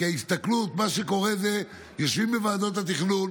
כי ההסתכלות, מה שקורה זה שיושבים בוועדות התכנון,